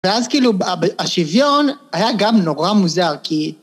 ואז כאילו השוויון היה גם נורא מוזר, כי...